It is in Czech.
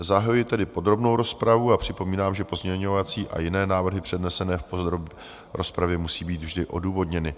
Zahajuji tedy podrobnou rozpravu a připomínám, že pozměňovací a jiné návrhy přednesené v rozpravě musí být vždy odůvodněny.